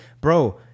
bro